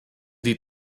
die